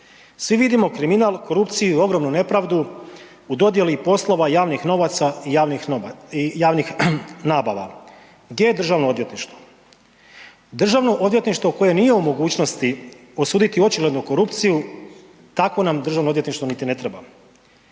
svi vidimo kriminal, korupciju i ogromnu nepravdu u dodjeli poslova javnih novaca i javnih nabava. Gdje je državno odvjetništvo? Državno odvjetništvo koje nije u mogućnosti osuditi očiglednu korupciju, takov nam državno odvjetništvo niti ne treba.